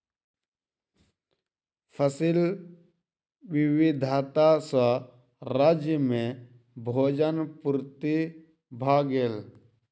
फसिल विविधता सॅ राज्य में भोजन पूर्ति भ गेल